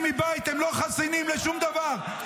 אתם צריכים להבין דבר אחד: אנחנו לא נתקפל יותר.